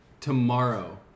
tomorrow